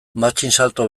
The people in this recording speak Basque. matxinsalto